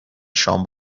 شام